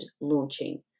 launching